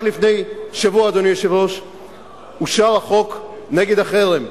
רק לפני שבוע אושר החוק נגד החרם.